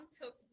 took